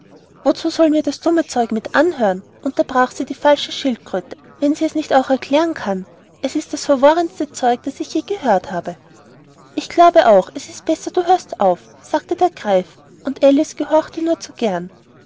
wozu sollen wir das dumme zeug mit anhören unterbrach sie die falsche schildkröte wenn sie es nicht auch erklären kann es ist das verworrenste zeug das ich je gehört habe ja ich glaube auch es ist besser du hörst auf sagte der greif und alice gehorchte nur zu gern